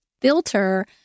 filter